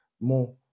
more